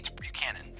Buchanan